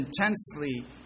intensely